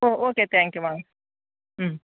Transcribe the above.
okay thank you வாங்க ம்